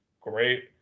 Great